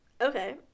Okay